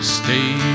stay